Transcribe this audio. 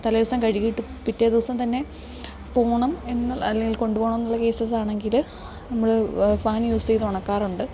തലേദിവസം കഴുകിയിട്ട് പിറ്റേ ദിവസം തന്നെ പോകണം എന്നുള്ള അല്ലെങ്കിൽ കൊണ്ടുപോകണമെന്നുള്ള കേസസ് ആണെങ്കിൽ നമ്മൾ ഫാൻ യൂസ് ചെയ്ത് ഉണക്കാറുണ്ട്